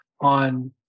on